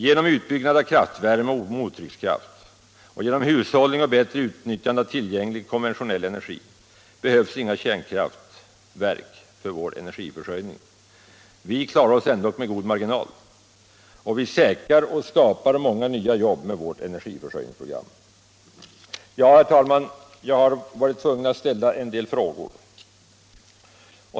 Genom utbyggnad av kraftvärme och mottryckskraft och genom hushållning och bättre utnyttjande av tillgänglig konventionell energi behövs inga kärnkraftverk för vår energiförsörjning. Vi klarar oss ändock med god marginal. Och. vi säkrar och skapar många nya jobb med vårt energiför Ssörjningsprogram. Herr talman! Jag har varit tvungen att ställa en del frågor.